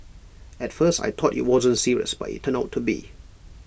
at first I thought IT wasn't serious but IT turned out to be